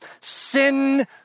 sin